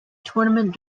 tournament